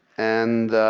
and